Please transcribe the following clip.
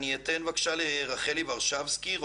אני פונה לרחלי ורשבסקי.